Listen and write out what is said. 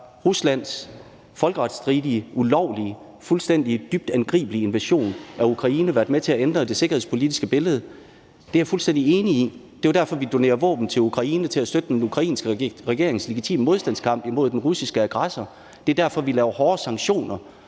Ruslands folkeretsstridige, ulovlige, fuldstændig dybt angribelige invasion af Ukraine været med til at ændre det sikkerhedspolitiske billede. Det er jeg fuldstændig enig i. Det er jo derfor, vi donerer våben til Ukraine til at støtte den ukrainske regerings legitime modstandskamp imod den russiske aggressor. Det er derfor, vi laver hårde sanktioner